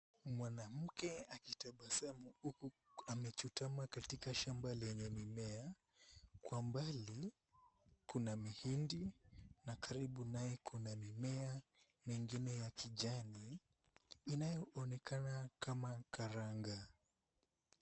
Mwanamke akitabasamu huku amechutama katika shamba lenye mimea, kwa mbali, kuna mihindi, na karibu naye kuna mimea mingine ya kijani, inayoonekana kama karanga.